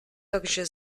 takže